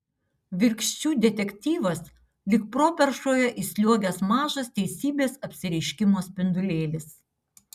virkščių detektyvas lyg properšoje įsliuogęs mažas teisybės apsireiškimo spindulėlis